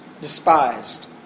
despised